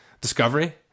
Discovery